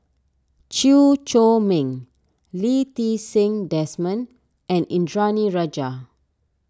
Chew Chor Meng Lee Ti Seng Desmond and Indranee Rajah